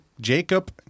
Jacob